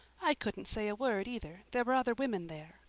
i couldn't say a word either there were other women there.